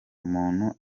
umuntu